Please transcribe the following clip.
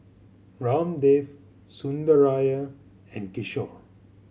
Ramdev Sundaraiah and Kishore